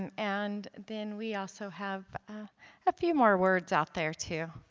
an and then we also have a few more words out there too.